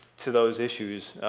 to those issues,